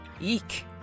Eek